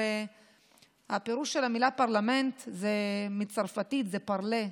הרי הפירוש של המילה פרלמנט בצרפתית זה parler,